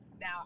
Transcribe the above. Now